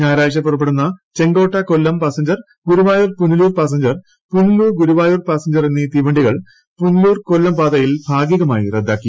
ഞായറാഴ്ച പുറപ്പെടുന്ന Chenkotta Kollam passenger Guruvayur Punalur passenger Punalur Guruvayur എന്നീ തീവണ്ടികൾ പുനലൂർ കൊല്ലം പാതയിൽ ഭാഗികമായി റദ്ദാക്കി